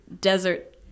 desert